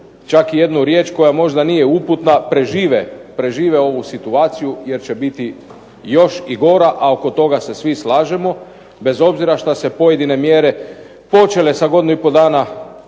čak i jednu riječ koja možda nije uputna, prežive ovu situaciju jer će biti još i gora, a oko toga se svi slažemo bez obzira što su se pojedine mjere počele sa godinu i pol dana